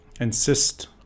insist